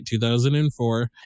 2004